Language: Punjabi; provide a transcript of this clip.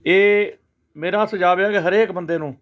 ਇਹ ਮੇਰਾ ਸੁਝਾਅ ਇਹ ਆ ਕਿ ਹਰੇਕ ਬੰਦੇ ਨੂੰ